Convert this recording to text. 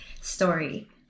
story